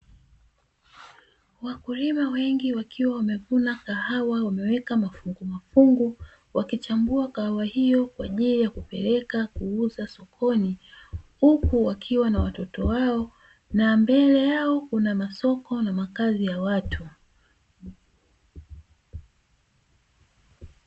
Wakulima wengi wakiwa wamevuna kahawa wameweka mafungu mafungu, wakichambua kawaha hiyo kwa ajili ya kupeleka kuuza sokoni huku wakiwa na watoto wao na mbele yao kuna masoko na makazi ya watu.